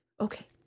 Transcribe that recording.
Okay